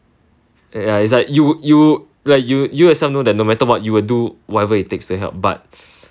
ya ya is like you you like you yourself know that no matter what you will do whatever it will takes to help but